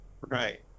Right